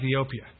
Ethiopia